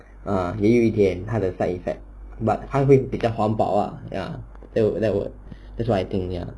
ah 也有一点它的 side effect but 它会比较环保 ah ya that would that would that's what I think ya